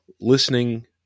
listening